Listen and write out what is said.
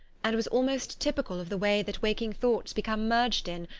and was almost typical of the way that waking thoughts become merged in,